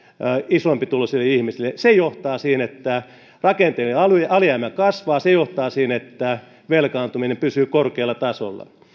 isompituloisille ihmisille se johtaa siihen että rakenteellinen alijäämä kasvaa se johtaa siihen että velkaantuminen pysyy korkealla tasolla